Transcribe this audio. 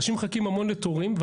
אנשים מחכים המון לתורים,